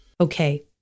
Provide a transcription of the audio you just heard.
Okay